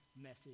message